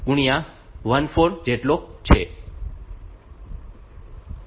તેથી તે 25514 જેટલો છે